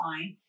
fine